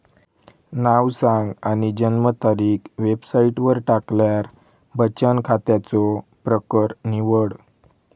नाव सांग आणि जन्मतारीख वेबसाईटवर टाकल्यार बचन खात्याचो प्रकर निवड